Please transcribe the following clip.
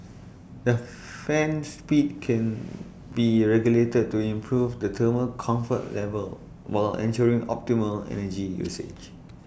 the fan speed can be regulated to improve the thermal comfort level while ensuring optimal energy usage